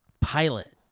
pilot